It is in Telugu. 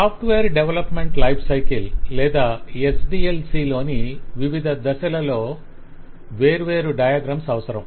సాఫ్ట్వేర్ డెవలప్మెంట్ లైఫ్ సైకిల్ లేదా ఎస్డిఎల్సి లోని వివిధ దశలలో వేర్వేరు UML డయాగ్రమ్స్ అవసరం